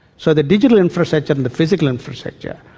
so the digital infrastructure and the physical infrastructure,